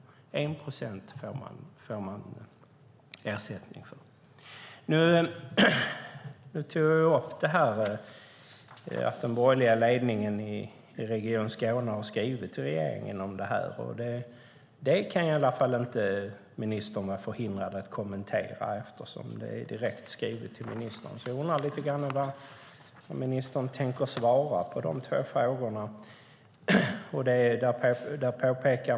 Det är 1 procent som man får ersättning för. Jag tog upp att den borgerliga ledningen i Region Skåne har skrivit till regeringen om detta. Det kan ministern inte vara förhindrad att kommentera eftersom det är skrivet direkt till henne. Jag undrar vad ministern tänker svara på de två frågorna.